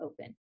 open